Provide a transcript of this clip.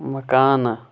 مکانہٕ